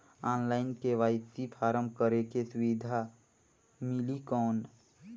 Online KYC form करेके सुविधा मिली कौन?